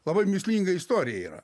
labai mįslinga istorija yra